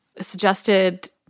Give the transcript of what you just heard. suggested